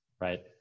Right